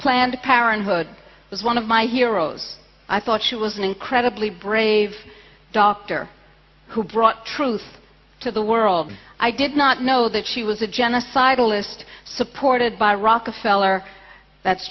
planned parenthood was one of my heroes i thought she was an incredibly brave doctor who brought truth to the world i did not know that she was a genocidal list supported by rockefeller that's